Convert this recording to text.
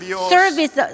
service